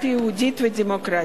מרינה סולודקין.